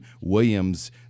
Williams